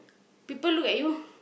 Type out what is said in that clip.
people look at you